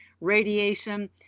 radiation